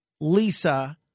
Lisa